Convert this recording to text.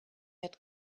had